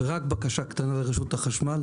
רק בקשה קטנה לרשות החשמל: